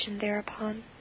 thereupon